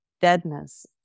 deadness